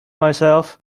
myself